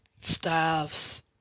staffs